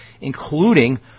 including